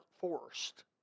forced